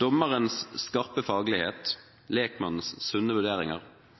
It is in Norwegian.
Dommerens skarpe faglighet og lekmannens sunne vurderinger